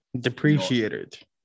Depreciated